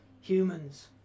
humans